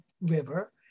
river